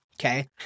okay